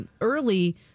early